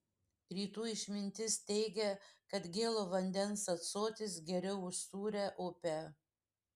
rytų išmintis teigia kad gėlo vandens ąsotis geriau už sūrią upę